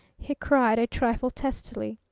he cried a trifle testily.